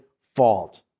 fault